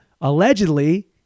allegedly